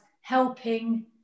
helping